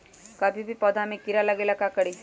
कभी भी पौधा में कीरा न लगे ये ला का करी?